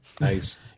Nice